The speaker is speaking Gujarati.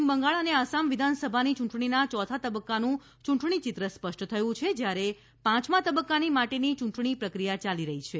પશ્ચિમ બંગાળ અને આસામ વિધાનસભાની યૂંટણીના યોથા તબક્કાનું યુંટણી ચિત્ર સ્પષ્ટ થયું છે જયારે પાંચમા તબક્કા માટેની ચુંટણી પ્રક્રિયા યાલી રહી છે